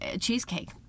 cheesecake